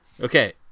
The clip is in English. Okay